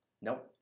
Nope